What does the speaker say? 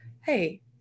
Hey